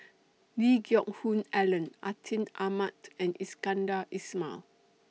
Lee Geck Hoon Ellen Atin Amat and Iskandar Ismail